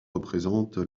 représente